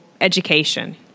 education